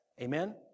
Amen